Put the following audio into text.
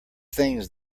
things